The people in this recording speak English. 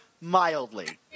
mildly